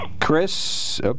Chris